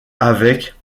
avec